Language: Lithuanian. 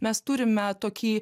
mes turime tokį